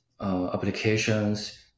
applications